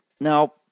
Now